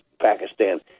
Pakistan